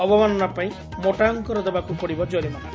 ଅବମାନନା ପାଇଁ ମୋଟାଅଙ୍କର ଦେବାକୁ ପଡିବ ଜରିମାନା